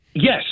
Yes